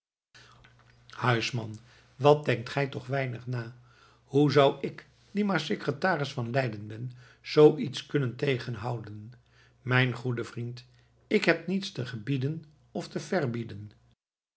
huisman wat denkt gij toch weinig na hoe zou ik die maar secretaris van leiden ben zoo iets kunnen tegenhouden mijn goede vriend ik heb niets te gebieden of te verbieden